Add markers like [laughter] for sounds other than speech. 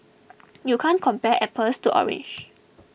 [noise] you can't compare apples to oranges